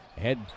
Head